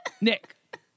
nick